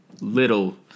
little